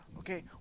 Okay